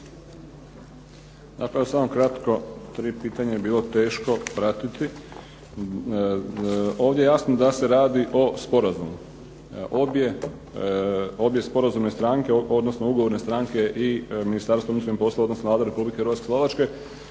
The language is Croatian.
Dakle, evo samo kratko. Tri pitanja je bilo teško pratiti. Ovdje je jasno da se radi o sporazumu. Obje sporazumne stranke, odnosno ugovorne stranke i Ministarstvo unutarnjih poslova, odnosno Vlada Republike Hrvatske i Slovačke